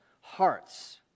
hearts